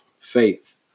faith